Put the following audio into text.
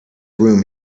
room